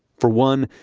for one,